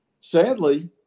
sadly